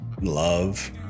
love